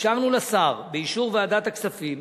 אפשרנו לשר, באישור ועדת הכספים,